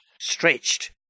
stretched